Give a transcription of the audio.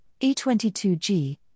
E22G